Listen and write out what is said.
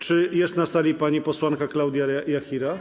Czy jest na sali pani posłanka Klaudia Jachira?